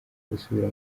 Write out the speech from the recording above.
gusubira